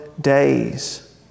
days